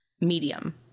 medium